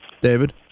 David